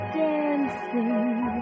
dancing